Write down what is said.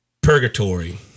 Purgatory